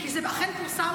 כי זה אכן פורסם,